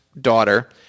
daughter